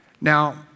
Now